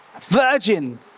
Virgin